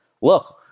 look